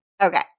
Okay